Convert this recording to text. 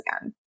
again